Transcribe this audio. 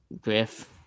Griff